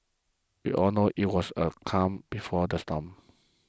we all knew it was a calm before the storm